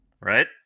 Right